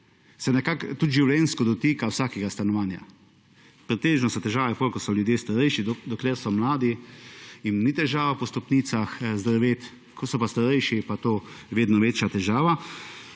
se nekako tudi življenjsko dotika vsakega stanovanja pretežno so težave, potem ko so ljudje starejši dokler so mladi jim ni težava po stopnicah zdrveti, ko so pa starejši je pa to vedno večja težava